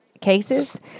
cases